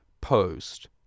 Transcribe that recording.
post